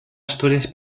asturias